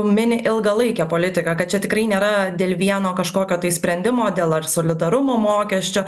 mini ilgalaikę politiką kad čia tikrai nėra dėl vieno kažkokio tai sprendimo dėl ar solidarumo mokesčio